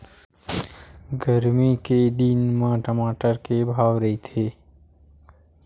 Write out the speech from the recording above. गरमी के दिन म टमाटर का भाव रहिथे?